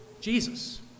Jesus